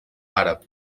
àrab